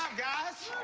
guys.